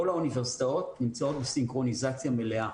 כל האוניברסיטאות נמצאות בסינכרוניזציה מלאה,